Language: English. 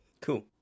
Cool